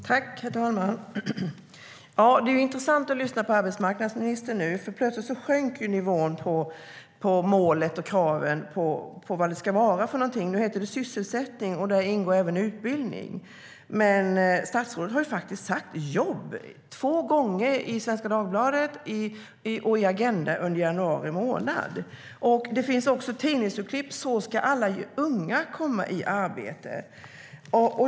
Herr talman! Det är intressant att lyssna på arbetsmarknadsministern för nu sjönk plötsligt nivån på målet och kraven på vad det ska vara för något. Nu heter det sysselsättning, och där ingår även utbildning. Statsrådet har faktiskt sagt "jobb" två gånger, i Svenska Dagbladet och i Agenda , under januari månad. Det finns en tidningsartikel med rubriken "Så ska alla unga komma i arbete".